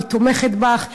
אני תומכת בך,